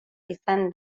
izan